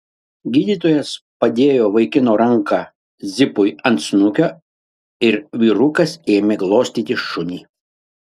gydytojas padėjo vaikino ranką zipui ant snukio ir vyrukas ėmė glostyti šunį